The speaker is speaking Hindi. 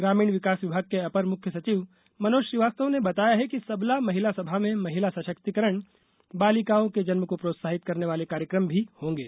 ग्रामीण विकास विभाग के अपर मुख्य सचिव मनोज श्रीवास्तव ने बताया है कि सबला महिला सभा में महिला सशक्तिकरण बालिकाओं के जन्म को प्रोत्साहित करने वाले कार्यक्रम भी होंगे